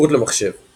התמכרות למחשב –